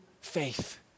faith